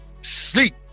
sleep